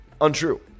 Untrue